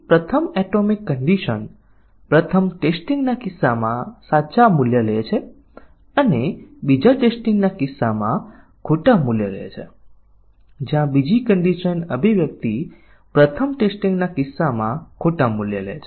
સ્થિતિની કવરેજને બહુવિધ શરત કવરેજ તરીકે પણ કહેવામાં આવે છે તેથી અહીં દરેક સંયોજન સ્થિતિની ઘટક સ્થિતિઓ છે કે કેમ તેથી નિર્ણય અભિવ્યક્તિમાં સંયોજન શરતો C 1 અને C 2 અથવા C 3 હોઈ શકે છે શું આ દરેક C 1 C 2 C 3 સાચા અને ખોટા મૂલ્યો લે છે